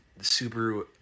Subaru